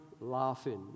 laughing